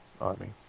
Army